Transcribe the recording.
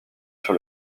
sur